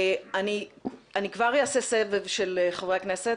אני כבר אעשה סבב של חברי הכנסת,